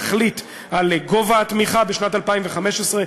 תחליט על גובה התמיכה בשנת 2015,